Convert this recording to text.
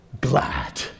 glad